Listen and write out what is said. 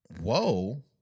Whoa